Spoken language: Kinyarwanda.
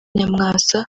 nyamwasa